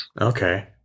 Okay